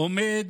עומד